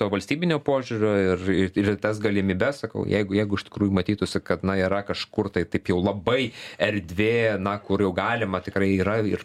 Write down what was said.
to valstybinio požiūrio ir ir ir į tas galimybes sakau jeigu jeigu iš tikrųjų matytųsi kad na yra kažkur tai taip jau labai erdvė na kur jau galima tikrai yra ir